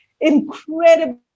incredible